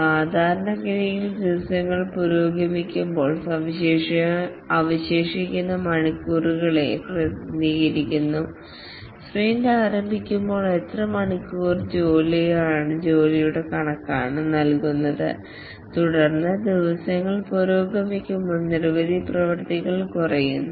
സാധാരണഗതിയിൽ ദിവസങ്ങൾ പുരോഗമിക്കുമ്പോൾ അവശേഷിക്കുന്ന മണിക്കൂറുകളെ പ്രതിനിധീകരിക്കുന്നു സ്പ്രിന്റ് ആരംഭിക്കുമ്പോൾ എത്ര മണിക്കൂർ ജോലിയുടെ കണക്കാണ് നൽകുന്നത് തുടർന്ന് ദിവസങ്ങൾ പുരോഗമിക്കുമ്പോൾ നിരവധി പ്രവൃത്തികൾ കുറയുന്നു